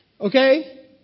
okay